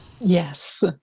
Yes